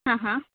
ಆಂ ಹಾಂ